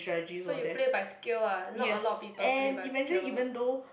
so you play by skill ah not a lot of people play by skill